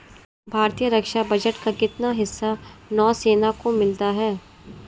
भारतीय रक्षा बजट का कितना हिस्सा नौसेना को मिलता है?